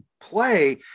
play